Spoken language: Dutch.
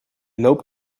loopt